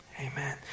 amen